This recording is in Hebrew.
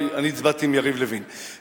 אני הצבעתי עם יריב לוין,